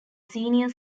senior